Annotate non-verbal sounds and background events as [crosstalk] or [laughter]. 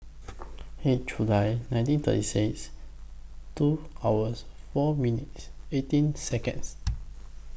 eight July nineteen thirty six two hours four minutes eighteen Seconds [noise]